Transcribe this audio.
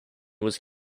was